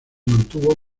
mantuvo